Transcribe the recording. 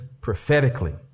prophetically